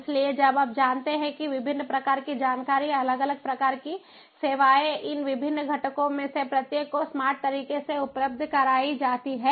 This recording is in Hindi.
इसलिए जब आप जानते हैं कि विभिन्न प्रकार की जानकारी अलग अलग प्रकार की सेवाएं इन विभिन्न घटकों में से प्रत्येक को स्मार्ट तरीके से उपलब्ध कराई जाती हैं